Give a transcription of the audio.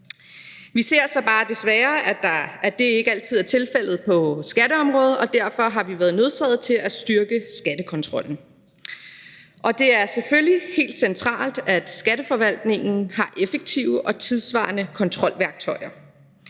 Vi ser så bare desværre, at det ikke altid er tilfældet på skatteområdet, og derfor har vi været nødsaget til at styrke skattekontrollen, og det er selvfølgelig helt centralt, at Skatteforvaltningen har effektive og tidssvarende kontrolværktøjer.